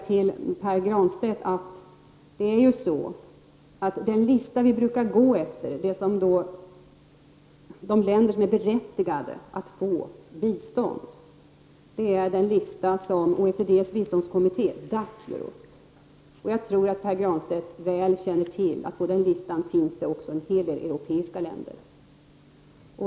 Till Pär Granstedt vill jag säga att den lista som vi brukar gå efter avseende de länder som är berättigade att få bistånd är den lista som OECDSs biståndskommitté, DAC gör upp. Jag tror att Pär Granstedt väl känner till att det på denna lista också finns en hel del europeiska länder.